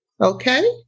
Okay